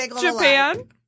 Japan